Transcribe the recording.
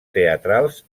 teatrals